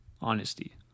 honesty